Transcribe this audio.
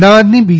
અમદાવાદની બી